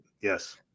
Yes